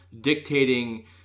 dictating